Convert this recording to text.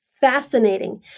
fascinating